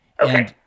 Okay